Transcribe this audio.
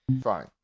fine